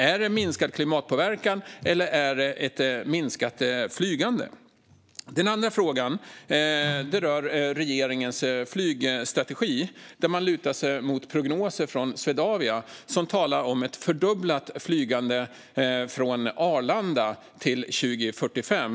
Är det minskad klimatpåverkan, eller är det ett minskat flygande? Den andra frågan rör regeringens flygstrategi. Där lutar man sig mot prognoser från Swedavia, som talar om ett fördubblat flygande från Arlanda 2045.